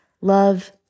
Love